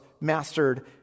mastered